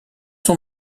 son